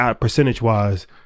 percentage-wise